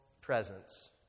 presence